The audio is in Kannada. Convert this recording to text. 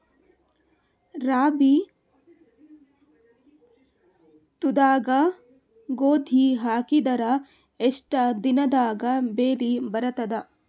ರಾಬಿ ಋತುದಾಗ ಗೋಧಿ ಹಾಕಿದರ ಎಷ್ಟ ದಿನದಾಗ ಬೆಳಿ ಬರತದ?